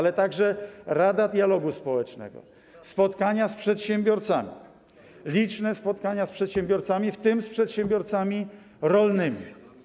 Była także Rada Dialogu Społecznego, były spotkania z przedsiębiorcami, liczne spotkania z przedsiębiorcami, w tym z przedsiębiorcami rolnymi.